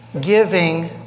giving